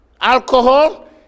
Alcohol